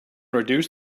reduce